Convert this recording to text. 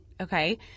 okay